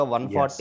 140